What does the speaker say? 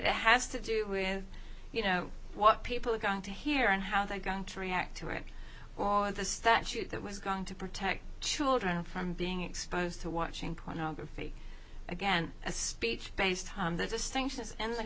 there has to do with you know what people are going to hear and how they are going to react to it or the statute that was going to protect children from being exposed to watching pornography again a speech based there's a sanctions and like